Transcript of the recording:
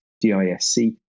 D-I-S-C